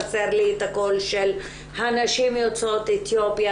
חסר לי את הקול של הנשים יוצאות אתיופיה